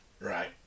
Right